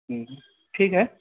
ہوں ہوں ٹھیک ہے